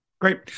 Great